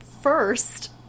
first